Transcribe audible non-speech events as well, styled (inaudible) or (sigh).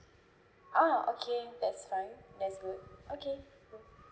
ah okay that's fine that's good okay (noise)